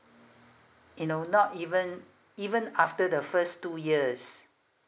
you know not even even after the first two years